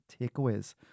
takeaways